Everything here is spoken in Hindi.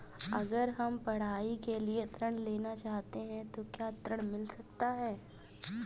अगर हम पढ़ाई के लिए ऋण लेना चाहते हैं तो क्या ऋण मिल सकता है?